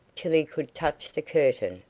till he could touch the curtain,